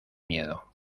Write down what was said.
miedo